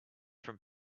from